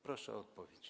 Proszę o odpowiedź.